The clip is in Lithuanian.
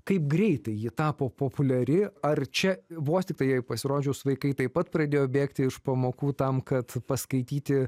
kaip greitai ji tapo populiari ar čia vos tiktai jai pasirodžius vaikai taip pat pradėjo bėgti iš pamokų tam kad paskaityti